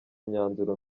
imyanzuro